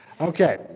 Okay